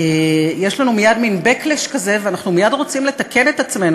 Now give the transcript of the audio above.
מייד יש לנו מין backlash כזה ואנחנו מייד רוצים לתקן את עצמנו,